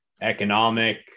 economic